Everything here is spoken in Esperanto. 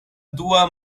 dua